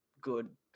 good